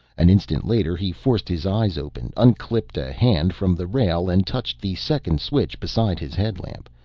an instant later he forced his eyes open, unclipped a hand from the rail and touched the second switch beside his headlamp,